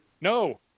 No